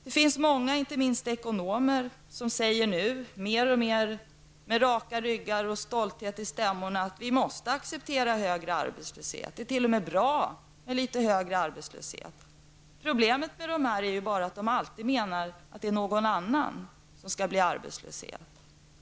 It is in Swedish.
Det finns många, inte minst ekonomer, som nu säger med raka ryggar och stolthet i stämman att vi måste acceptera högre arbetslöshet. Det är t.o.m. bra med litet högre arbetslöshet, heter det. Problemet är bara det att det alltid gäller andra människor än dem själva.